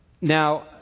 Now